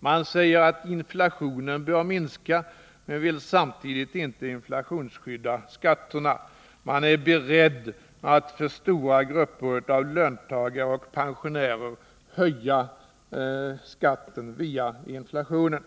Man säger att inflationen bör minska men vill samtidigt inte inflationsskydda skatterna. Man är beredd att för stora grupper av löntagare och pensionärer höja skatten via inflationen.